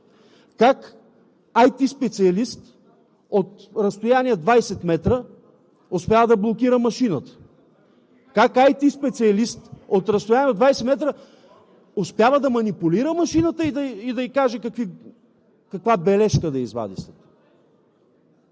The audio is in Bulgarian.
как IT специалист от разстояние 20 метра успява да блокира машината, как IT специалист от разстояние от 20 метра успява да манипулира машината и да ѝ каже каква бележка да извади след това.